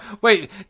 wait